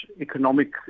economic